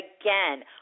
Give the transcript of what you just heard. Again